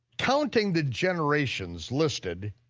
counting the generations listed,